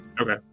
Okay